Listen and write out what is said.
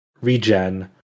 regen